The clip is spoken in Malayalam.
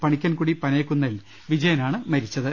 പണിക്കൻകുടി പനയ ക്കുന്നേൽ വിജയനാണ് മരിച്ചത്